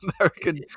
American